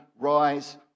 rise